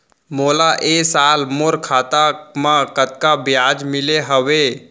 मोला ए साल मोर खाता म कतका ब्याज मिले हवये?